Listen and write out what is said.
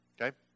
Okay